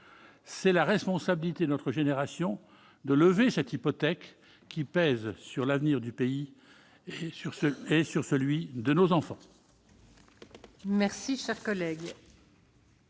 C'est la responsabilité de notre génération de lever cette hypothèque qui pèse sur l'avenir du pays et sur celui de nos enfants.